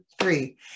three